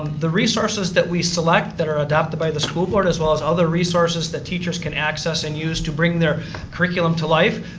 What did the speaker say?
the resources that we select that are adopted by the school board as well as other resources that teachers can access and use to bring their curriculum to life,